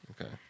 Okay